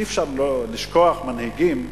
אי-אפשר לשכוח מנהיגים,